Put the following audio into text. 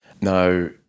Now